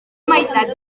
meitat